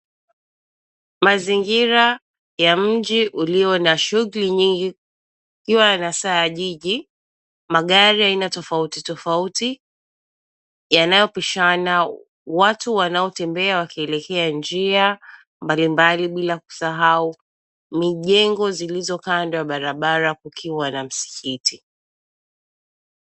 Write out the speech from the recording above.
Mazingira ya mji ulio na shughuli nyingi ikiwa na saa ya jiji, magari aina tofauti tofauti yanayopishana, watu wanaotembea wakielekea njia mbalimbali bila kusahau mijengo zilizo kando ya barabara kukiwa na msikiti.